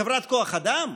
חברת כוח אדם?